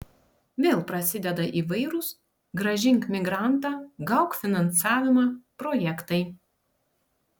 vėl prasideda įvairūs grąžink migrantą gauk finansavimą projektai